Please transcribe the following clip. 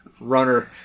Runner